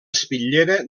espitllera